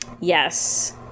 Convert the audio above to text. yes